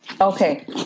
Okay